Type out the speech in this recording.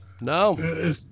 No